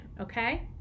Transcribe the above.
okay